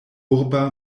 urba